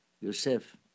Yosef